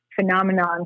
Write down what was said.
phenomenon